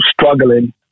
struggling